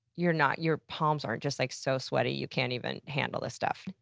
you're not. your palms aren't just, like, so sweaty you can't even handle this stuff.